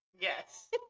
Yes